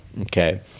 Okay